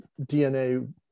DNA